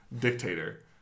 dictator